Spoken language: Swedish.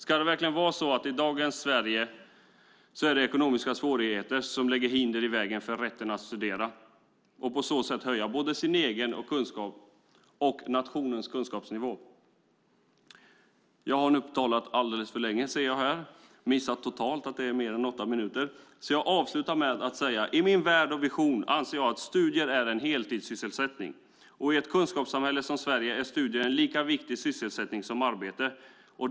Ska det verkligen vara så i dagens Sverige att ekonomiska svårigheter lägger hinder i vägen för rätten att studera och på så sätt höja både sin egen och nationens kunskapsnivå? I min värld och vision är studier en heltidssysselsättning, och i ett kunskapssamhälle som Sverige är studier en lika viktig sysselsättning som arbete.